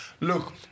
Look